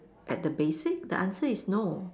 at the basic the answer is no